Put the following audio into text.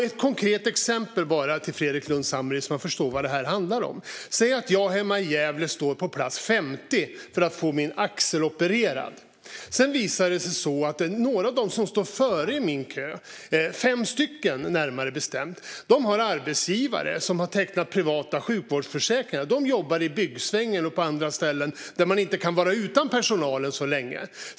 Ett konkret exempel till Fredrik Lundh Sammeli, så att han förstår vad det här handlar om: Säg att jag står på plats 50 hemma i Gävle för att få min axel opererad. Sedan visar det sig att några av dem som står före mig i kön, fem stycken närmare bestämt, har arbetsgivare som har tecknat privata sjukvårdsförsäkringar. De jobbar i byggsvängen och på andra ställen där man inte kan vara utan personalen så länge.